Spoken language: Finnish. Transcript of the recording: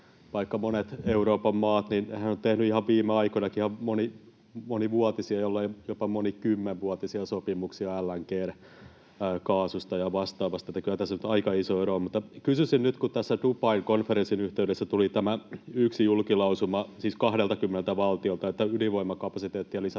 vaikka Euroopan maat ovat tehneet nyt ihan viime aikoinakin monivuotisia, jollei jopa monikymmenvuotisia, sopimuksia LNG-kaasusta ja vastaavasta, niin tässä on nyt aika iso ero. Mutta kysyisin nyt, että kun tässä Dubain konferenssin yhteydessä tuli tämä yksi julkilausuma, siis 20 valtiolta, että ydinvoimakapasiteettia lisätään